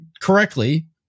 correctly